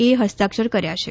એ ફસ્તાક્ષર કર્યા છે